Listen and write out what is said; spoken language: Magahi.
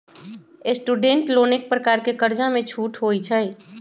स्टूडेंट लोन एक प्रकार के कर्जामें छूट होइ छइ